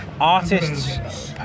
artists